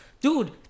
dude